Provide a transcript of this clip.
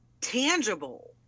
tangible